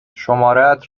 شمارهات